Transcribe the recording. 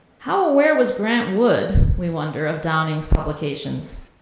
how aware was grant wood, we wonder, of downing's publications.